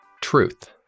truth